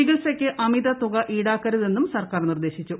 ചികിത്സയ്ക്ക് അമിത തുക ഈടാക്കരുതെന്നും സർക്കാർ നിർദ്ദേശിച്ചു